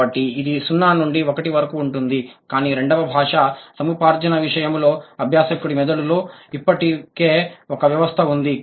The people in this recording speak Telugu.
కాబట్టి ఇది 0 నుండి 1 వరకు ఉంటుంది కానీ రెండవ భాషా సముపార్జన విషయంలో అభ్యాసకుడి మెదడులో ఇప్పటికే ఒక వ్యవస్థ ఉంది